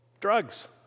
drugs